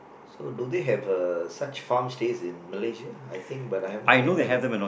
so do they have uh such farm stays in Malaysia I think but I have not never